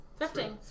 Thrifting